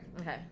Okay